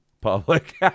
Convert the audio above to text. public